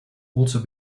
also